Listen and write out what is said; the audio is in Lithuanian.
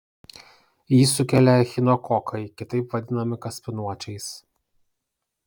jį sukelia echinokokai kitaip vadinami kaspinuočiais